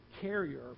carrier